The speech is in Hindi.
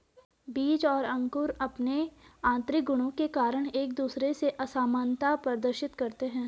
बीज और अंकुर अंपने आतंरिक गुणों के कारण एक दूसरे से असामनता प्रदर्शित करते हैं